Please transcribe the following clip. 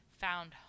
Found